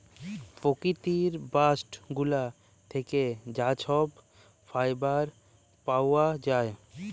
পকিতির বাস্ট গুলা থ্যাকে যা ছব ফাইবার পাউয়া যায়